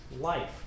life